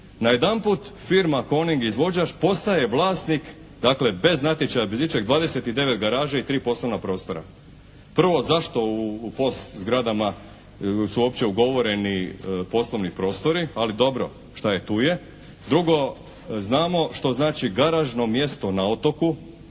najedanput firma "Coning" izvođač postaje vlasnik dakle bez natječaja, bez ičeg 29 garaža i 3 poslovna prostora. Prvo zašto u POS zgradama su uopće ugovoreni poslovni prostori? Ali dobro, šta je tu je. Drugo, znamo što znači garažno mjesto na otoku.